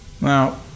Now